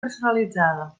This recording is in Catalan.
personalitzada